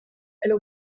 elle